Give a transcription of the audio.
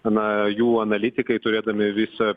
na jų analitikai turėdami visą